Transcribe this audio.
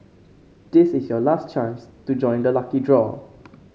this is your last chance to join the lucky draw